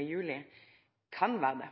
juli, kan vere det.